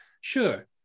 Sure